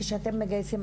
כשאתם מגייסים,